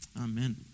Amen